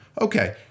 Okay